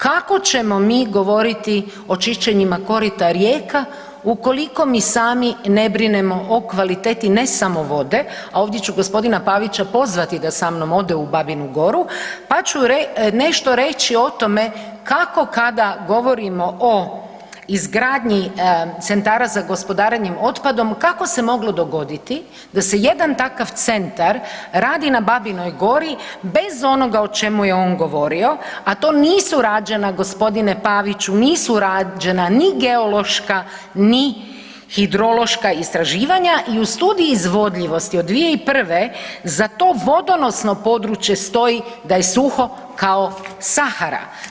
Kako ćemo mi govoriti o čišćenjima korita rijeka ukoliko mi sami ne brinemo o kvaliteti ne samo vode, a ovdje ću gospodina Pavića pozvati da samnom ode u Babinu Goru pa ću nešto reći o tome kako kada govorimo o izgradnji centara za gospodarenje otpadom, kako se moglo dogoditi da se jedan takav centar radi na Babinoj Gori bez onoga o čemu je on govorio, a to nisu rađena gospodine Paviću, nisu rađena ni geološka, ni hidrološka istraživanja i u studiji izvodljivosti od 2001. za to vodonosno područje stoji da je suho kao Sahara.